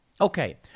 Okay